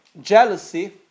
Jealousy